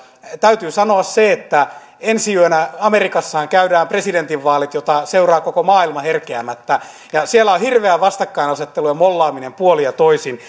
täytyy sanoa se että ensi yönä amerikassahan käydään presidentinvaalit joita seuraa koko maailma herkeämättä ja siellä on hirveä vastakkainasettelu ja mollaaminen puolin ja toisin